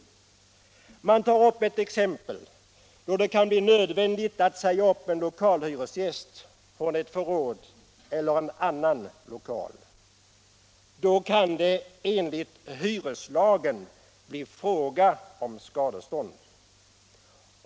Man tar som exempel ett fall där det kan bli nödvändigt att säga upp en lokalhyresgäst från ett förråd eller en annan lokal. Då kan det enligt hyreslagen bli fråga om skadestånd.